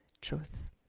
truth